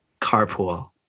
carpool